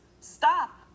stop